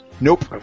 Nope